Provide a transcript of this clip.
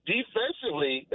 Defensively